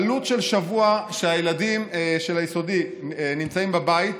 העלות של שבוע שהילדים של היסודי נמצאים בבית